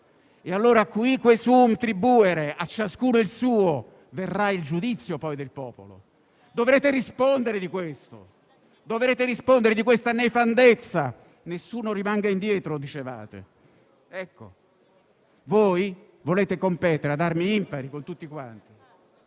E allora *cuique suum tribuere*, a ciascuno il suo: verrà il giudizio del popolo e dovrete rispondere di questo. Dovrete rispondere di una tale nefandezza. "Nessuno rimanga indietro", dicevate. Ecco, voi volete competere ad armi impari con tutti quanti.